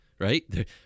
right